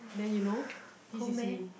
then you know this is me